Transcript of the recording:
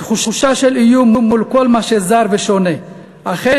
תחושה של איום מול כל מה שזר ושונה אכן